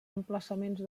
emplaçaments